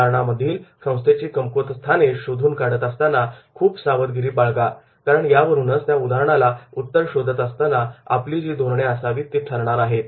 उदाहरणामधील संस्थेची कमकुवत स्थाने शोधून काढत असताना खूपच सावधगिरी बाळगा कारण त्यावरूनच त्या उदाहरणाला उत्तर शोधत असताना आपली जी धोरणे असावीत ती ठरणार आहेत